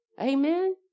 Amen